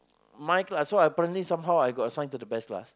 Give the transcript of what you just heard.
my class so apparently somehow I got signed to the best class